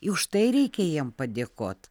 už tai reikia jiem padėkot